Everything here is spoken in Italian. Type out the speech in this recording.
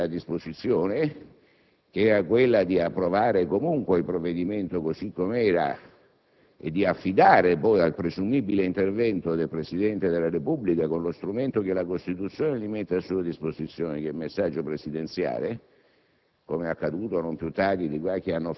L'altra possibilità a disposizione era quella di approvare comunque il provvedimento così com'era e di affidarlo poi al presumibile intervento del Presidente della Repubblica (con lo strumento che la Costituzione gli mette a disposizione, il messaggio presidenziale,